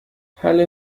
حله